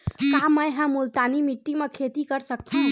का मै ह मुल्तानी माटी म खेती कर सकथव?